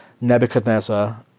Nebuchadnezzar